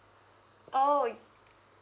oh